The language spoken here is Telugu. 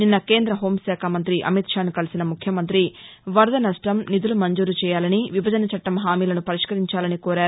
నిన్న కేంద్ర హోంశాఖమంతి అమిత్ షాను కలిసిన ముఖ్యమంతి వరద నష్టం నిధులు మంజూరు చేయాలని విభజన చట్టం హామీలను పరిష్కరించాలని కోరారు